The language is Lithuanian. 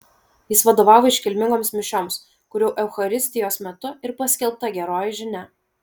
jis vadovavo iškilmingoms mišioms kurių eucharistijos metu ir paskelbta geroji žinia